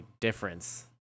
difference